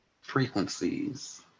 frequencies